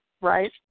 right